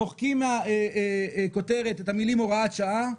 מוחקים מהכותרת את המילים "הוראת שעה",